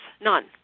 none